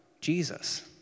Jesus